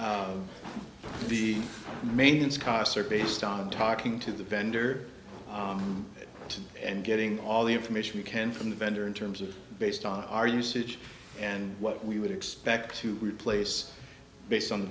so the maintenance costs are based on talking to the vendor and getting all the information you can from the vendor in terms of based on our usage and what we would expect to replace based on the